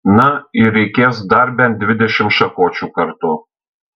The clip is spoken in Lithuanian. na ir reikės dar bent dvidešimt šakočių kartu